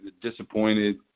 disappointed